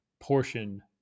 portion